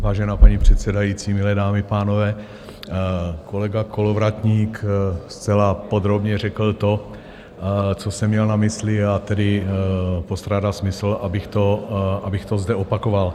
Vážená paní předsedající, milé dámy, pánové, kolega Kolovratník zcela podrobně řekl to, co jsem měl na mysli, a tedy postrádá smysl, abych to zde opakoval.